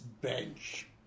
bench